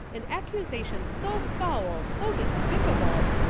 an accusation so foul, so despicable,